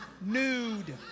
nude